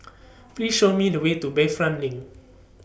Please Show Me The Way to Bayfront LINK